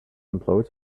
employed